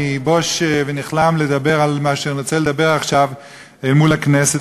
אני בוש ונכלם לדבר על מה שאני רוצה לדבר עכשיו אל מול הכנסת,